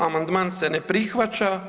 Amandman se ne prihvaća.